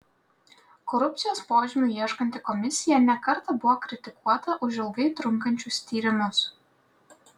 korupcijos požymių ieškanti komisija ne kartą buvo kritikuota už ilgai trunkančius tyrimus